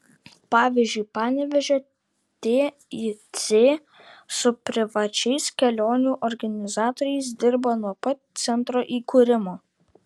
pavyzdžiui panevėžio tic su privačiais kelionių organizatoriais dirba nuo pat centro įkūrimo